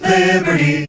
Liberty